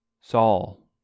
Saul